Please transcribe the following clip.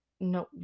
No